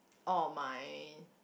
oh my